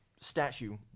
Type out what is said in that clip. statue